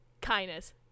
kindness